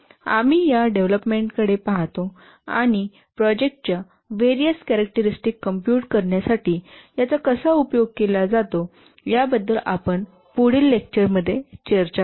आम्ही या डेव्हलपमेंटकडे पाहतो आणि प्रोजेक्टच्या व्हेरीयस कॅरेक्टरिस्टिक कॉम्पूट करण्यासाठी याचा कसा उपयोग केला जातो याबद्दल आपण पुढील लेक्चरमध्ये चर्चा करू